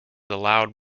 allowed